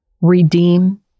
redeem